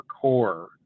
core